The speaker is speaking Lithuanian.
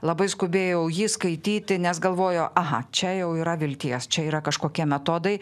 labai skubėjau jį skaityti nes galvojo aha čia jau yra vilties čia yra kažkokie metodai